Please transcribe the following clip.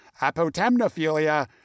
apotemnophilia